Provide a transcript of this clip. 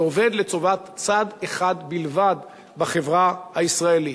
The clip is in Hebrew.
זה עובד לטובת צד אחד בלבד בחברה הישראלית.